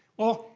well,